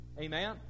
Amen